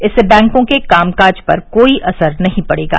इससे बैंकों के कामकाज पर कोई असर नहीं पड़ेगा